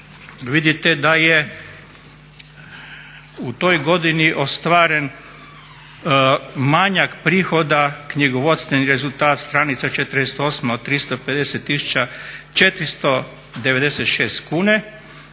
vidite da je u toj godini ostvaren manjak prihoda knjigovodstveni rezultat stranica 48.od 350.496 kune.